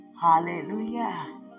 Hallelujah